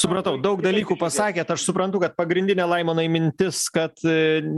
supratau daug dalykų pasakėt aš suprantu kad pagrindinė laimonai mintis kad